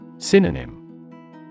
Synonym